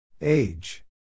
Age